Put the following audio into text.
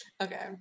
Okay